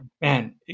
man